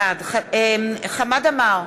בעד חמד עמאר,